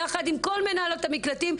יחד עם כל מנהלות המקלטים,